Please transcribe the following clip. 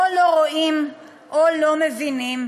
או לא רואים או לא מבינים,